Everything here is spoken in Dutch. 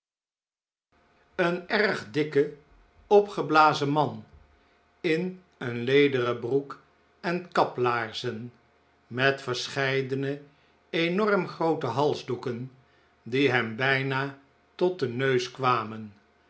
en erg dikke opgeblazen man in een lederen broek en kaplaarzen met ver o d scheidene enorm groote halsdoeken die hem bijna tot den neus kwamen